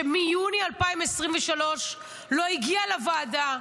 שמיוני 2023 לא הגיע לוועדה --- סליחה,